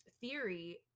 theory